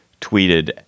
tweeted